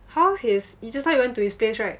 how is just now you went to his place right